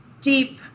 deep